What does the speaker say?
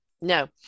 no